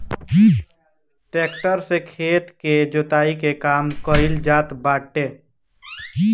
tractor से खेत के जोताई के काम कइल जात बाटे